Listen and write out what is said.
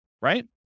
right